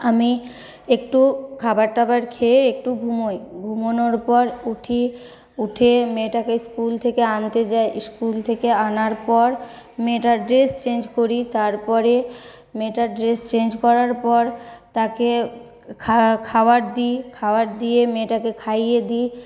আমি একটু খাবার টাবার খেয়ে একটু ঘুমোই ঘুমনোর পর উঠি উঠে মেয়েটাকে স্কুল থেকে আনতে যাই স্কুল থেকে আনার পর মেয়েটার ড্রেস চেঞ্জ করি তারপরে মেয়েটার ড্রেস চেঞ্জ করার পর তাকে খা খাওয়ার দি খাওয়ার দিয়ে মেয়েটাকে খাইয়ে দি